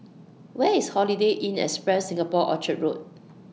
Where IS Holiday Inn Express Singapore Orchard Road